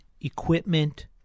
equipment